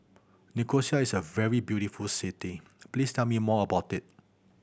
Nicosia is a very beautiful city please tell me more about it